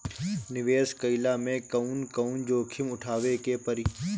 निवेस कईला मे कउन कउन जोखिम उठावे के परि?